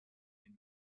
and